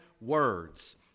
words